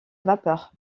vapeur